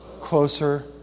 closer